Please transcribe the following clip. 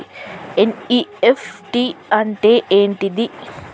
NEFT అంటే ఏంటిది?